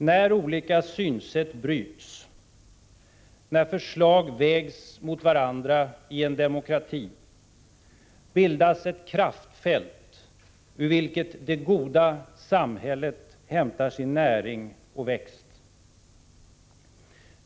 När olika synsätt bryts, när förslag vägs mot varandra i en demokrati, bildas ett kraftfält ur vilket det goda samhället hämtar sin näring och växt.